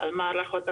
על מערכות אקטיביות.